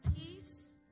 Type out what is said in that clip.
peace